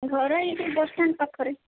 ଘର ଏହି ଯେଉଁ ବସଷ୍ଟାଣ୍ଡ ପାଖରେ